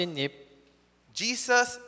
Jesus